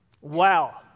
Wow